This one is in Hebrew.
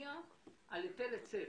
נצביע על היטל היצף.